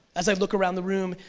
as i look around the room,